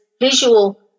visual